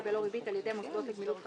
בלא ריבית על ידי מוסדות לגמילות חסדים,